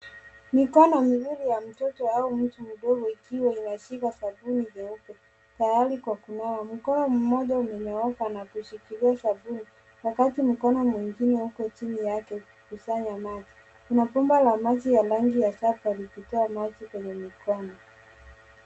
Mikono miwili ya mtoto au mtu mdogo ikiwa inashika sabuni nyeupe tayari kwa kunawa. Mkono mmoja umenyooka na kushikilia sabuni wakati mkono mwingine uko chini yake ikisanya maji. Kuna bomba la maji ya rangi ya sapa ikitoa maji kwenye mikono.